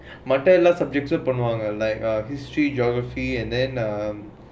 மத்த எல்லாம்:maththa ellaam subjects like ah history geography and then um